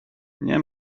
nie